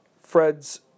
Fred's